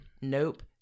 nope